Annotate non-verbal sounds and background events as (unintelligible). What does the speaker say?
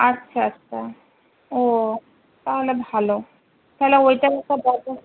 আচ্ছা আচ্ছা ও তাহলে ভালো তাহলে ওইটার একটা (unintelligible)